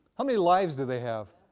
how many lives do they have?